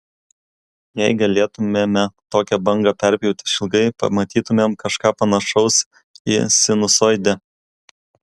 jei galėtumėme tokią bangą perpjauti išilgai pamatytumėm kažką panašaus į sinusoidę